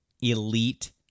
Elite